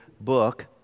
book